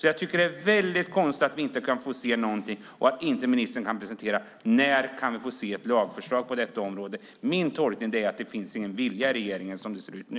Jag tycker att det är konstigt att vi inte kan få se någonting och att ministern inte kan presentera något. När kan vi få se ett lagförslag på området? Min tolkning är att det inte finns någon vilja i regeringen som det ser ut nu.